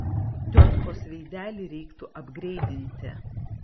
tiotkos veidelį reiktų apgreidinti